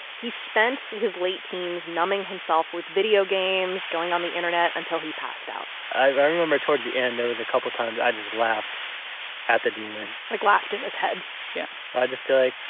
he spent his late teens numbing himself with video games, going on the internet until he passed out i remember towards the end, there was a couple times i just laughed at the demon. like, laughed in his head yeah. where i'd just be like,